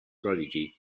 prodigy